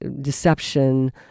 deception